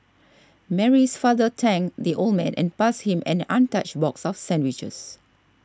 Mary's father thanked the old man and passed him an untouched box of sandwiches